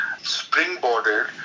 springboarded